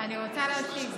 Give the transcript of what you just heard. --- אני רוצה להתחיל.